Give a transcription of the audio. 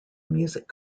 music